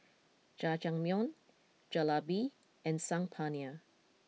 Jajangmyeon Jalebi and Saag Paneer